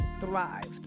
thrived